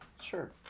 Sure